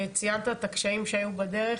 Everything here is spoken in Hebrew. ואתה ציינת את הקשיים שהיו בדרך,